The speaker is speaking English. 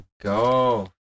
go